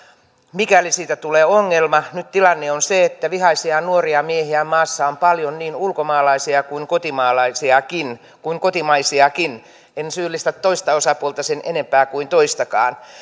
mikäli siitä tulee ongelma nyt tilanne on se että vihaisia nuoria miehiä maassa on paljon niin ulkomaalaisia kuin kotimaisiakin kuin kotimaisiakin en syyllistä toista osapuolta sen enempää kuin toistakaan